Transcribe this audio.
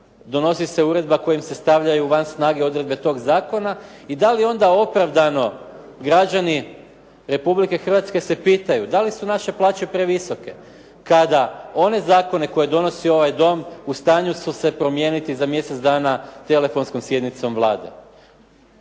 donosi se uredba kojom se stavljaju van snage odredbe tog zakona i da li onda opravdano građani Republike Hrvatske se pitaju da li su naše plaće previsoke kada one zakone koje donosi ovaj dom u stanju su se promijeniti za mjesec dana telefonskom sjednicom Vlade.